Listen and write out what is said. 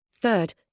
Third